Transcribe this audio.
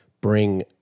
bring